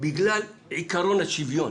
בגלל עיקרון השוויון.